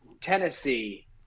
Tennessee